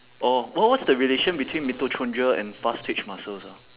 oh what what's the relation between mitochondria and fast twitch muscles ah